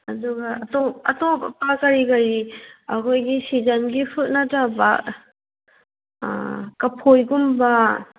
ꯑꯗꯨꯒ ꯑꯦꯇꯣꯞ ꯑꯇꯣꯞꯄ ꯀꯔꯤ ꯀꯔꯤ ꯑꯈꯣꯏꯒꯤ ꯁꯤꯖꯟꯒꯤ ꯐ꯭ꯔꯨꯠ ꯅꯠꯇꯕ ꯀꯐꯣꯏꯒꯨꯝꯕ